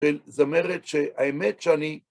של זמרת שהאמת שאני